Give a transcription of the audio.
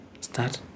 start